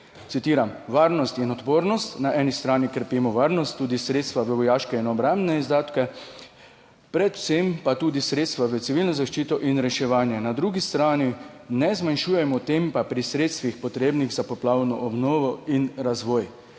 citiram: "Varnost in odpornost, na eni strani krepimo varnost, tudi sredstva v vojaške in obrambne izdatke, predvsem pa tudi sredstva v civilno zaščito in reševanje. Na drugi strani ne zmanjšujemo tempa pri sredstvih, potrebnih za poplavno obnovo in razvoj.